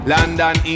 London